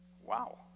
wow